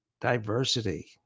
diversity